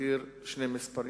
הזכיר שני מספרים,